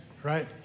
right